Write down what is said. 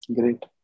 Great